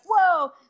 whoa